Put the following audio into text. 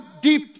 deep